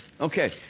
Okay